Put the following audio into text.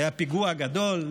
היה פיגוע גדול,